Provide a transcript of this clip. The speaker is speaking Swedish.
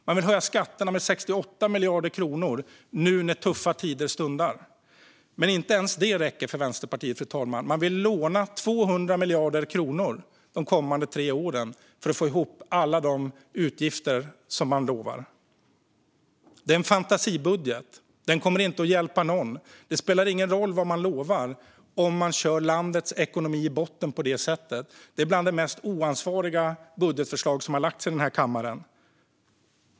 Man vill höja skatterna med 68 miljarder kronor nu när tuffa tider stundar. Men inte ens det räcker för Vänsterpartiet, fru talman. Man vill låna 200 miljarder kronor de kommande tre åren för att få ihop alla de utgifter som man lovar. Det är en fantasibudget som inte kommer att hjälpa någon. Det spelar ingen roll vad man lovar om man kör landets ekonomi i botten på det här sättet. Det är ett av de mest oansvariga budgetförslag som har lagts i den här kammaren.